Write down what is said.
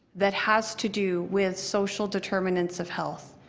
that has to do with social determinants of health,